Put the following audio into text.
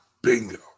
Bingo